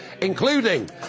including